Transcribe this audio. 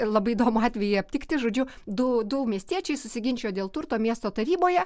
labai įdomų atvejį aptikti žodžiu du du miestiečiai susiginčijo dėl turto miesto taryboje